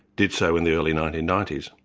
did so in the early nineteen ninety s.